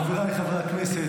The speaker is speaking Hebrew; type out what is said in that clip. חבריי חברי הכנסת,